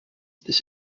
this